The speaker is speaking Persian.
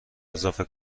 اضافه